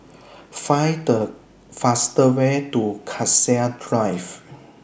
Find The faster Way to Cassia Drive